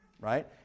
right